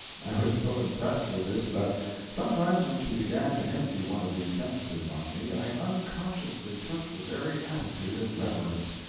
i was so impressed with this, that sometimes when she began to empty one of these sentences on me i unconsciously took the very attitude of reverence,